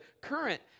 current